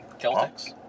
Celtics